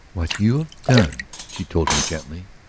what you have done, she told him gently,